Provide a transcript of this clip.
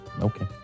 Okay